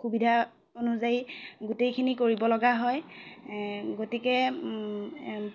সুবিধা অনুযায়ী গোটেইখিনি কৰিবলগা হয় এ গতিকে